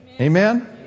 Amen